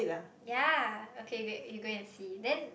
yea okay great you go and see then